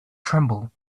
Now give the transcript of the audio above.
tremble